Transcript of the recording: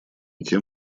тем